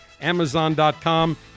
Amazon.com